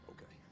Okay